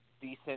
decent